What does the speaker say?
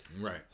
Right